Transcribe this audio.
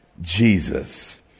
Jesus